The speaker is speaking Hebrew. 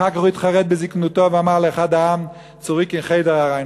ואחר כך הוא התחרט בזיקנותו ואמר לאחד העם: צוריק אין חדר אריין,